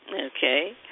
Okay